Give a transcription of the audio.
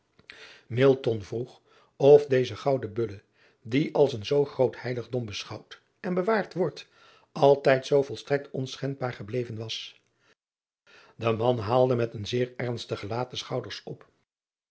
vroeg of deze gouden ulle die als een zoo groot heiligdom beschouwd en bewaard wordt altijd zoo volstrekt onschendbaar gebleven was e man haalde met een zeer ernstig gelaat de schouders op